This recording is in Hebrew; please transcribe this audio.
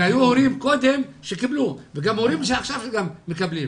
היו הורים קודם שקיבלו וגם הורים שעכשיו מקבלים.